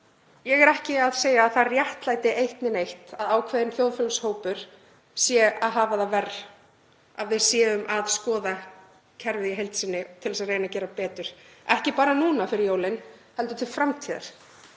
Ég er ekki að segja að það réttlæti eitt né neitt að ákveðinn þjóðfélagshópur hafi það verr, að við séum að skoða kerfið í heild sinni til að reyna að gera betur, ekki bara núna fyrir jólin heldur til framtíðar.